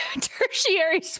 tertiary